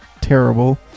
terrible